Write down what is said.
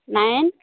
nine